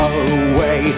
away